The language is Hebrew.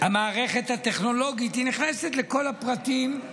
המערכת הטכנולוגית, היא נכנסת לכל הפרטים.